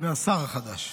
והשר הישן-חדש,